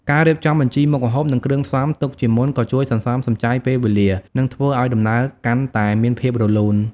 ការរៀបចំបញ្ជីមុខម្ហូប និងគ្រឿងផ្សំទុកជាមុនក៏ជួយសន្សំសំចៃពេលវេលា និងធ្វើឱ្យដំណើរកាន់តែមានភាពរលូន ។